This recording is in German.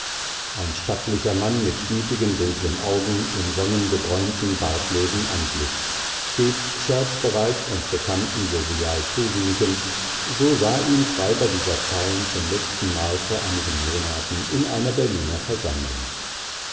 ein stattlicher mann mit gütigen dunklen augen im sonnengebräunten bartlosen antlitz stets scherzbereit und bekannten jovial zuwinkend so sah ihn schreiber dieser zeilen zum letzten mal vor einigen monaten in einer berliner versammlung